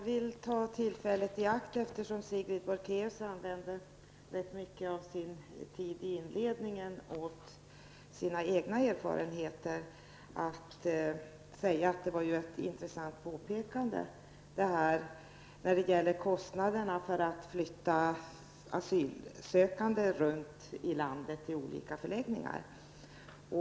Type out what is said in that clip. Herr talman! Eftersom Sigrid Bolkéus använde mycket tid i sitt inlägg för att diskutera sina egna erfarenheter, vill jag ta tillfället i akt att säga att det var ett intressant påpekande om kostnaderna för att flytta asylsökande runt om i landet till olika förläggningar.